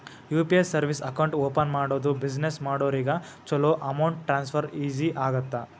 UPI service account open ಮಾಡೋದು business ಮಾಡೋರಿಗ ಚೊಲೋ ಅಮೌಂಟ್ ಟ್ರಾನ್ಸ್ಫರ್ ಈಜಿ ಆಗತ್ತ